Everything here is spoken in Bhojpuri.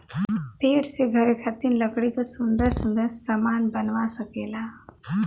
पेड़ से घरे खातिर लकड़ी क सुन्दर सुन्दर सामन बनवा सकेला